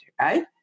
Right